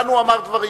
כאן הוא אמר דברים.